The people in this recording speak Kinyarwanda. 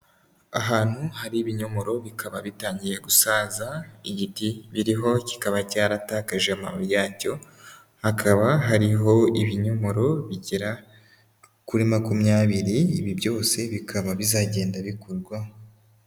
Ahantu hari ibinyomoro bikaba bitangiye gusaza, igiti biriho kikaba cyaratakaje amababi yacyo, hakaba hariho ibinyomoro bigera kuri makumyabiri, ibi byose bikaba bizagenda bikurwaho.